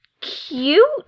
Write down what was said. cute